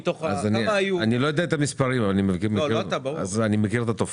אני לא יודע את המספרים אבל אני מכיר את התופעה.